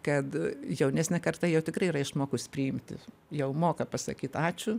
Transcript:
kad jaunesnė karta jau tikrai yra išmokus priimti jau moka pasakyt ačiū